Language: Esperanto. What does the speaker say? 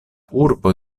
urbo